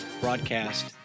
broadcast